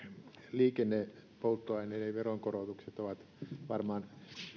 liikennepolttoaineiden veronkorotukset ovat varmaan